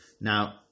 Now